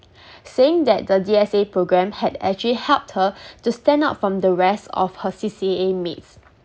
saying that the D_S_A programme had actually helped her to stand out from the rest of her C_C_A mates